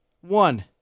One